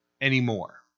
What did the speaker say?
anymore